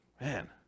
man